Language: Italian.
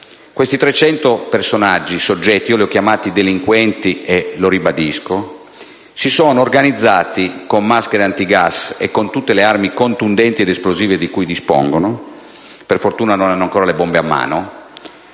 questi 300 personaggi (io li ho chiamati delinquenti, e lo ribadisco) si sono organizzati con maschere antigas e con tutte le armi contundenti ed esplosive di cui dispongono (per fortuna non hanno ancora le bombe a mano)